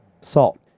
Salt